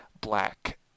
black